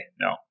No